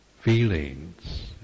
feelings